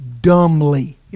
dumbly